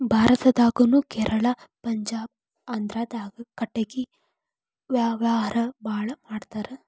ಭಾರತದಾಗುನು ಕೇರಳಾ ಪಂಜಾಬ ಆಂದ್ರಾದಾಗ ಕಟಗಿ ವ್ಯಾವಾರಾ ಬಾಳ ಮಾಡತಾರ